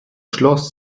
schloss